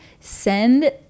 send